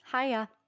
Hiya